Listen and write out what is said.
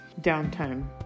downtime